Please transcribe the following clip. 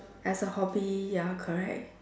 as a hobby ya correct